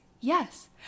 Yes